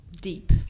deep